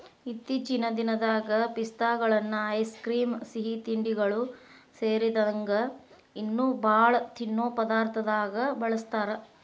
ಇತ್ತೇಚಿನ ದಿನದಾಗ ಪಿಸ್ತಾಗಳನ್ನ ಐಸ್ ಕ್ರೇಮ್, ಸಿಹಿತಿಂಡಿಗಳು ಸೇರಿದಂಗ ಇನ್ನೂ ಬಾಳ ತಿನ್ನೋ ಪದಾರ್ಥದಾಗ ಬಳಸ್ತಾರ